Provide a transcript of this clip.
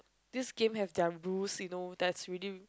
this game have their rules you know that's really